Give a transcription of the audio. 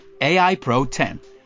AIPRO10